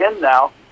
now